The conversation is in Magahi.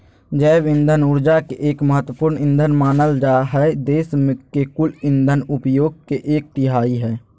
जैव इंधन ऊर्जा के एक महत्त्वपूर्ण ईंधन मानल जा हई देश के कुल इंधन उपयोग के एक तिहाई हई